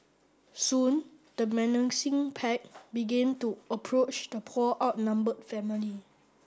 soon the menacing pack began to approach the poor outnumbered family